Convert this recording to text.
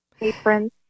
aprons